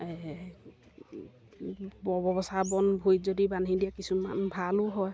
এই ববচাবন ভৰিত যদি বান্ধি দিয়ে কিছুমান ভালো হয়